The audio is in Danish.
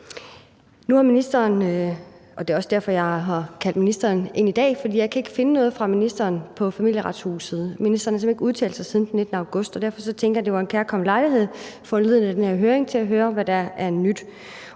konsekvenser. Det er også derfor, jeg har kaldt ministeren ind i dag, for jeg kan ikke finde noget fra ministeren om Familieretshuset. Ministeren har simpelt hen ikke udtalt sig siden den 19. august, og derfor tænkte jeg, at det var en kærkommen lejlighed foranlediget af den her høring til at høre, hvad der er af nyt.